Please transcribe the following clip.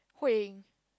Hui-Ying